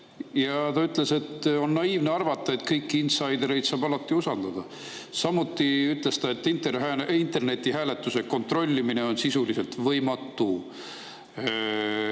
Ja ta ütles, et on naiivne arvata, et kõiki insaidereid saab alati usaldada. Samuti ütles ta, et internetihääletuse kontrollimine on sisuliselt võimatu.